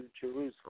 Jerusalem